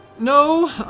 no,